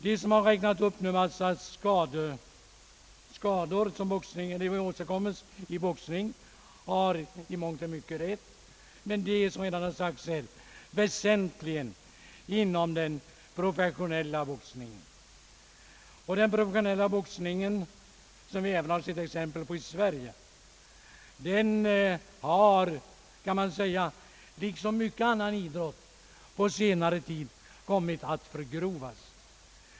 De som här har räknat upp de olika skador som uppkommit genom boxningen har i mångt och mycket rätt, men dessa skador har, som redan här sagts, väsentligen inträffat inom den professionella boxningen, och den professionella boxning som vi har sett exempel på även i Sverige har liksom annan idrott på senare tid kommit att förgrovas.